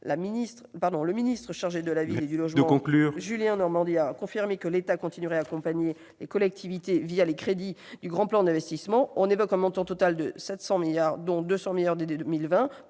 Le ministre chargé de la ville et du logement, Julien Denormandie, a confirmé que l'État continuerait à accompagner les collectivités territoriales les crédits du Grand Plan d'investissement. On évoque un montant total de 700 millions d'euros, dont 200 millions dès 2020.